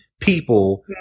People